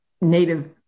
Native